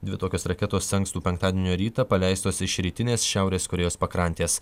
dvi tokios raketos ankstų penktadienio rytą paleistos iš rytinės šiaurės korėjos pakrantės